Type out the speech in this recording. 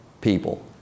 people